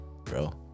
Bro